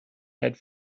had